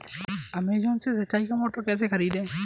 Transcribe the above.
Amazon से सिंचाई का मोटर कैसे खरीदें?